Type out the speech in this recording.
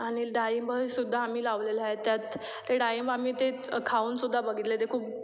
आणि डाळिंब हे सुद्धा आम्ही लावलेले आहेत त्यात ते डाळिंब आम्ही ते खाऊन सुद्धा बघितले ते खूप